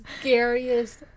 scariest